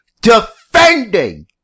defending